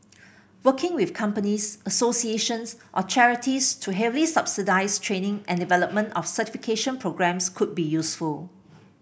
working with companies associations or charities to heavily subsidise training and development of certification programmes could be useful